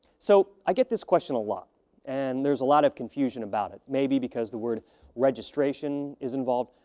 so i get this question a lot and there's a lot of confusion about it. maybe because the word registration is involved?